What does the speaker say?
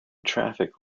traffic